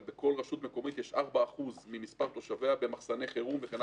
אבל בכל רשות מקומית יש 4% ממספר תושביה במחסני חירום.